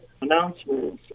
announcements